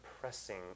pressing